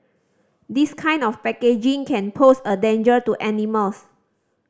this kind of packaging can pose a danger to animals